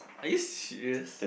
are you serious